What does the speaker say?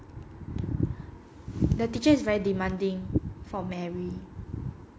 the teacher is very demanding for mary